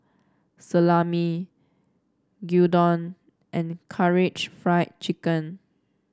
Salami Gyudon and Karaage Fried Chicken